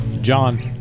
John